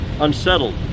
unsettled